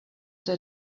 they